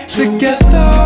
together